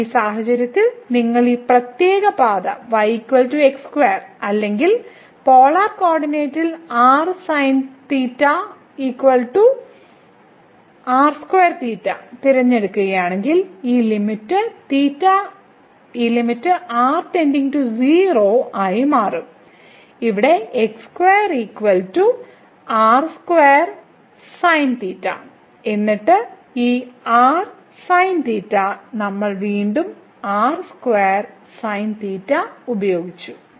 ഈ സാഹചര്യത്തിൽ നിങ്ങൾ ഈ പ്രത്യേക പാത y x2 അല്ലെങ്കിൽ പോളാർ കോർഡിനേറ്റിൽ തിരഞ്ഞെടുക്കുകയാണെങ്കിൽ ഈ ലിമിറ്റ് r → 0 ആയി മാറും ഇവിടെ എന്നിട്ട് ഈ r sinθ വീണ്ടും നമ്മൾ ഉപയോഗിച്ചു